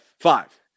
Five